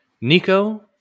Nico